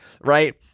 right